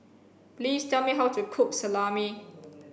please tell me how to cook Salami